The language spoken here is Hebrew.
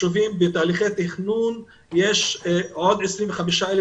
ישובים בתהליכי תכנון יש עוד 25,000